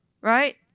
Right